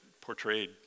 portrayed